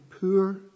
poor